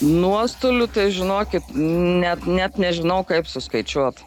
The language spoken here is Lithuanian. nuostolių tai žinokit net net nežinau kaip suskaičiuot